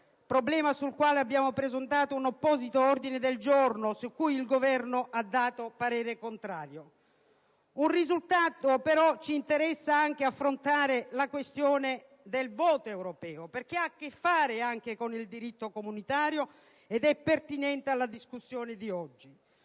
problema su cui abbiamo presentato un apposito ordine del giorno cui il Governo ha dato parere contrario - ci interessa affrontare la questione del voto europeo, che ha a che fare con il diritto comunitario ed è pertinente alla discussione odierna.